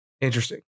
Interesting